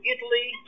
Italy